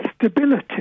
stability